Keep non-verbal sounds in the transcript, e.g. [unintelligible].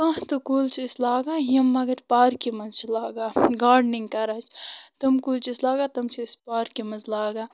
کانٛہہ تہٕ کُل چھِ أسۍ لاگان یِم مگر پارکہِ منٛز چھِ لاگان گاڈنِنٛگ [unintelligible] تِم کُلۍ چھِ أسۍ لاگان تم چھِ أسۍ پارکہِ منٛز لاگان